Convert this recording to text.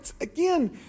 Again